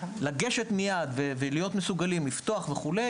לגשת מיד ולהיות מסוגלים לפתוח וכו',